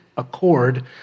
accord